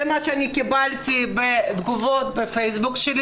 זה מה שקיבלתי בתגובות בפייסבוק שלי.